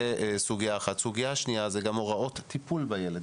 סוגיה שנייה היא גם הוראות טיפול בילד.